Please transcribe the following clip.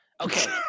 Okay